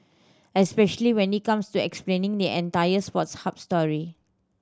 especially when it comes to explaining the entire Sports Hub story